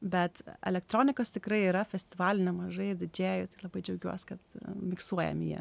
bet elektronikos tikrai yra festivalių nemažai ir didžėjų labai džiaugiuos kad miksuojami jie